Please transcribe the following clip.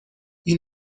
این